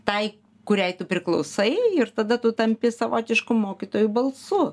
tai kuriai tu priklausai ir tada tu tampi savotišku mokytojų balsu